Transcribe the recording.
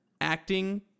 acting